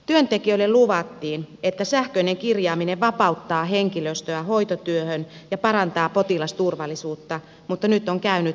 työntekijöille luvattiin että sähköinen kirjaaminen vapauttaa henkilöstöä hoitotyöhön ja parantaa potilasturvallisuutta mutta nyt on käynyt päinvastoin